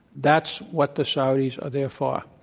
that's what the saudis are there for.